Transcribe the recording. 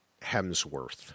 Hemsworth